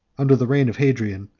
under the reign of hadrian,